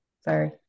sorry